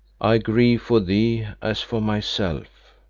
i grieve for thee as for myself.